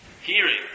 Hearing